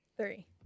Three